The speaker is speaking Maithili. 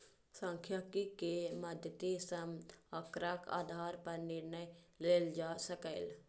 सांख्यिकी के मदति सं आंकड़ाक आधार पर निर्णय लेल जा सकैए